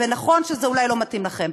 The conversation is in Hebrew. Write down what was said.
ונכון שזה אולי לא מתאים לכם,